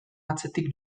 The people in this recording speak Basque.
atzetik